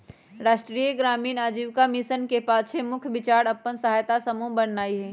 राष्ट्रीय ग्रामीण आजीविका मिशन के पाछे मुख्य विचार अप्पन सहायता समूह बनेनाइ हइ